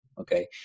Okay